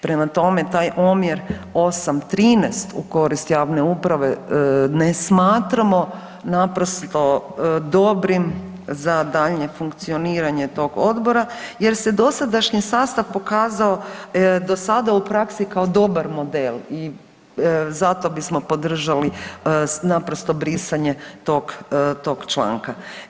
Prema tome, taj omjer 8:13 u korist javne uprave ne smatramo naprosto dobrim za daljnje funkcioniranje tog odbora jer se dosadašnji sastav pokazao dosada u praksi kao dobar model i zato bismo podržali naprosto brisanje tog, tog članka.